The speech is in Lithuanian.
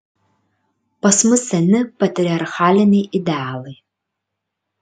pas mus seni patriarchaliniai idealai